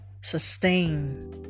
sustain